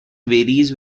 varies